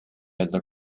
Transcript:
öelda